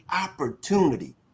opportunity